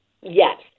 Yes